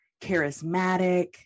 charismatic